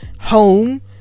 home